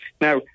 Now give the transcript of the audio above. Now